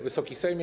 Wysoki Sejmie!